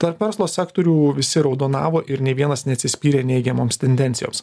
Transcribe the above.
tarp verslo sektorių visi raudonavo ir nei vienas neatsispyrė neigiamoms tendencijoms